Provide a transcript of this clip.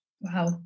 Wow